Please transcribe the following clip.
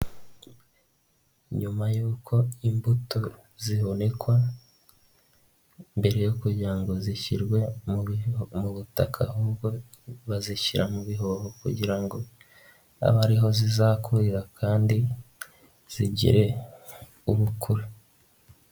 Nyuma y'uko imbuto zibonekwa mbere yo kugira ngo zishyirwe mu butaka ahubwo bazishyira mu bihoho kugira ngo abe ariho zizakurira kandi zigire ubukure.